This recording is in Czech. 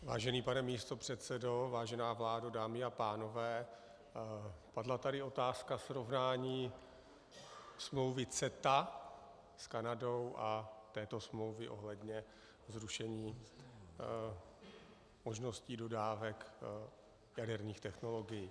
Vážený pane místopředsedo, vážená vládo, dámy a pánové, padla tady otázka srovnání smlouvy CETA s Kanadou a této smlouvy ohledně zrušení možností dodávek jaderných technologií.